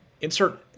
Insert